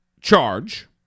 charge